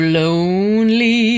lonely